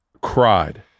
cried